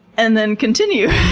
and then continue.